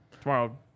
tomorrow